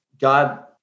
God